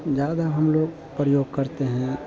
ज़्यादातर हम लोग प्रयोग करते हैं